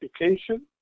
education